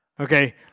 Okay